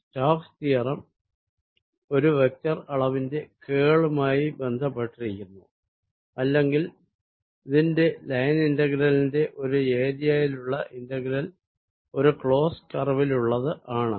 Stokes theorem ഒരു vector അളവിന്റെ കേളുമായി ബന്ധപ്പെട്ടിരിക്കുന്നു അല്ലെങ്കിൽ ഇതിന്റെ ലൈൻ ഇന്റഗ്രലിന്റെ ഒരു ഏരിയായിലുള്ള ഇന്റഗ്രൽ ഒരു ക്ളോസ് കർവിലുള്ളത് ആണ്